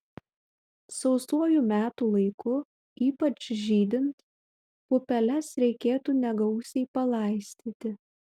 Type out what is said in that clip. sausuoju metų laiku ypač žydint pupeles reikėtų negausiai palaistyti